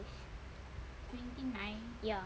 ya